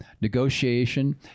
negotiation